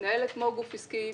מתנהלת כמו גוף עסקי,